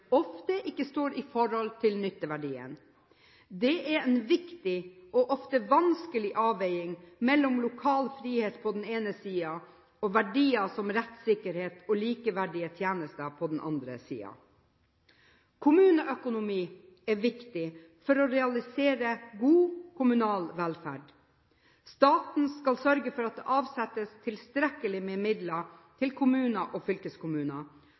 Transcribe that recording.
ofte ikke står i forhold til nytteverdien. Det er en viktig og ofte vanskelig avveining mellom lokal frihet på den ene siden og verdier som rettssikkerhet og likeverdige tjenester på den andre siden. Kommuneøkonomi er viktig for å realisere god kommunal velferd. Staten skal sørge for at det avsettes tilstrekkelig med midler til kommunene og